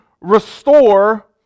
restore